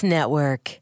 Network